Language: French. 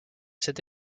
cet